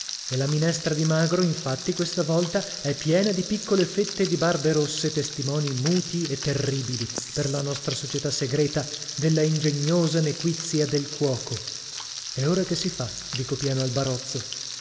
e la minestra di magro infatti questa volta è piena di piccole fette di barbe rosse testimoni muti e terribili per la nostra società segreta della ingegnosa nequizia del cuoco e ora che si fa dico piano al barozzo